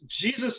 jesus